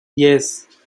yes